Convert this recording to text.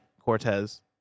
Cortez